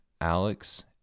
Alex